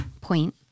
point